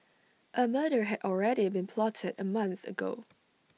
A murder had already been plotted A month ago